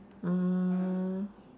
mm